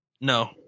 No